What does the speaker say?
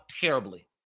terribly